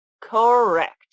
Correct